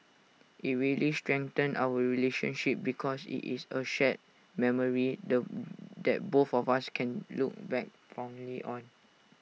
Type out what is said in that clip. IT really strengthened our relationship because IT is A shared memory the that both of us can look back fondly on